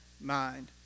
mind